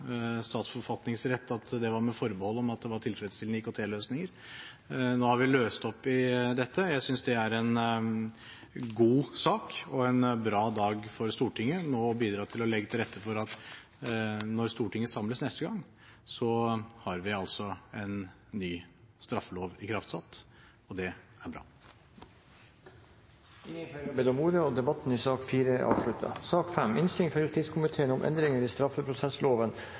statsforfatningsrett at det var med forbehold om at det var tilfredsstillende IKT-løsninger. Nå har vi løst opp i dette. Jeg synes det er en god sak og en bra dag for Stortinget, når vi nå bidrar til å legge til rette for at når Stortinget samles neste gang, har vi en ny straffelov ikraftsatt, og det er bra. Flere har ikke bedt om ordet